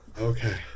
okay